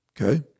Okay